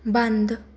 ਬੰਦ